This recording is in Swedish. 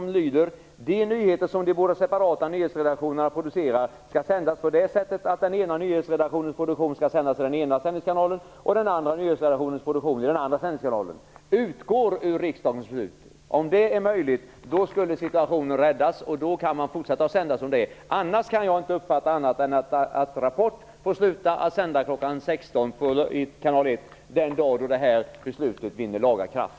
Det gäller följande stycke: "De nyheter som de båda separata nyhetsredaktionerna producerar skall sändas på det sättet att den ena nyhetsredaktionens produktion skall sändas i den ena sändningskanalen och den andra nyhetsredaktionens produktion i den andra sändningskanalen." Om det är möjligt, skulle situationen räddas. Då kan man fortsätta att sända som man gör i dag. I annat fall kan jag inte uppfatta det på något annat sätt än att